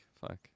Fuck